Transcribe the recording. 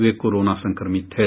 वे corona संक्रमित थे